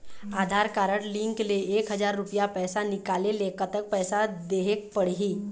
आधार card link ले एक हजार रुपया पैसा निकाले ले कतक पैसा देहेक पड़ही?